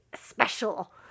special